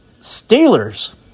Steelers